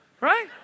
right